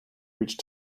reach